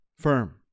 firm